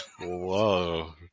Whoa